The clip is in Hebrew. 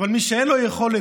אבל מי שאין לו יכולת,